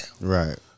Right